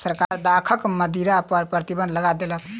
सरकार दाखक मदिरा पर प्रतिबन्ध लगा देलक